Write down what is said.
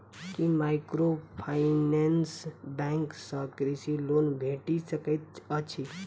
की microfinance bank सँ कृषि loan भेटि सकैत अछि?